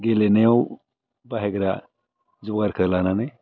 गेलेनायाव बाहायग्रा जगारखौ लानानै